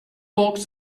box